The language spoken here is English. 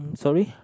sorry